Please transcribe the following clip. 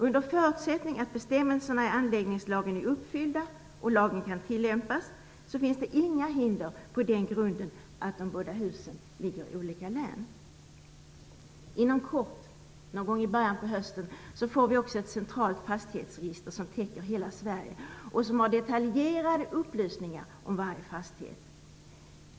Under förutsättning att bestämmelserna i anläggningslagen är uppfyllda och lagen kan tillämpas finns det inga hinder på den grunden att de båda husen ligger i olika län. Inom kort, någon gång i början av hösten, får vi också ett centralt fastighetsregister som täcker hela Sverige och som har detaljerade upplysningar om varje fastighet.